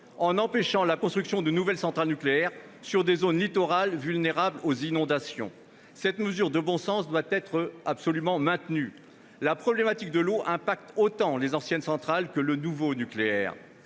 en empêchant la construction de nouvelles centrales nucléaires sur des zones littorales vulnérables aux inondations. Cette mesure de bon sens doit être absolument maintenue ! La problématique de l'eau a des effets aussi bien sur les anciennes centrales que sur le nouveau nucléaire.